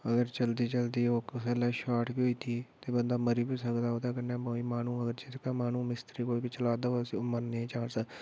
अगर चलदी चलदी ओह् कुसै बेल्लै बी शार्ट बी होई जंदी ते बंदा मरी बी सकदा ओह्दे कन्नै कोई माह्नू अगर माह्नू मिस्त्री कोई बी चला दा होऐ उसी ओह् मरने चांस